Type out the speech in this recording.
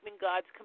God's